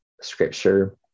scripture